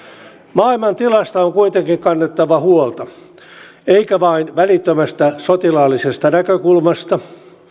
maailman tilasta on kuitenkin kannettava huolta eikä vain välittömästä sotilaallisesta näkökulmasta